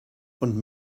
und